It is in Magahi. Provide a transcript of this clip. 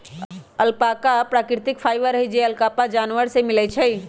अल्पाका प्राकृतिक फाइबर हई जे अल्पाका जानवर से मिलय छइ